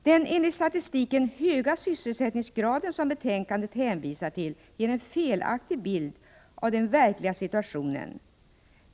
Den enligt statistiken höga sysselsättningsgraden, som betänkandet hänvisar till, ger en felaktig bild av den verkliga situationen.